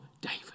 David